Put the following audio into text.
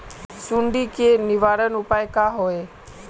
सुंडी के निवारण उपाय का होए?